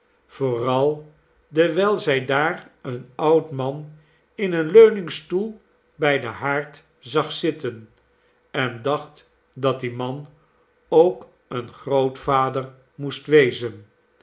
vooral dewijl zij daar een oud man in een leuningstoel bij den haard zag zitten en dacht dat die man ook een grootvader moest wezen